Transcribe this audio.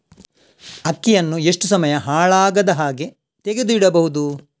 ಅಕ್ಕಿಯನ್ನು ಎಷ್ಟು ಸಮಯ ಹಾಳಾಗದಹಾಗೆ ತೆಗೆದು ಇಡಬಹುದು?